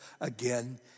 again